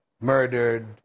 murdered